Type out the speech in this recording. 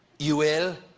you will?